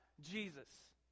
Jesus